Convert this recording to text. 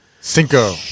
Cinco